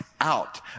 out